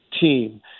team –